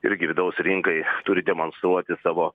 irgi vidaus rinkai turi demonstruoti savo